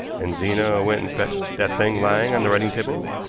and zena went and fetched that thing lying on the writing-table.